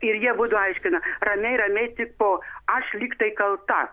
ir jie abudu aiškina ramiai ramiai tipo aš lygtai kalta